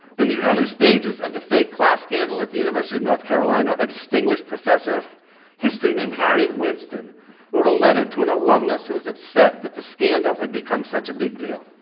in the early stages of the fake class scandal at the university of north carolina, a distinguished professor of history named harry winston wrote a letter to an alumnus who was upset that the scandal had become such a big deal.